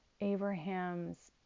Abraham's